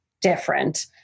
different